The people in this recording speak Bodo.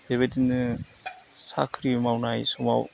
बेबायदिनो साख्रि मावनाय समाव